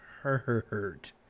hurt